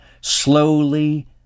Slowly